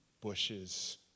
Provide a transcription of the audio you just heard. bushes